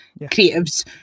creatives